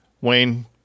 Wayne